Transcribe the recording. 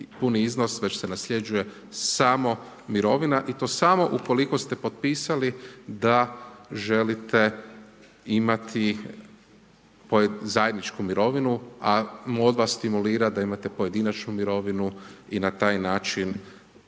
puni iznos već se nasljeđuje samo mirovina i to samo ukoliko ste potpisali da želite imati zajedničku mirovinu, a MOD vas stimulira da imate pojedinačnu mirovinu i na taj način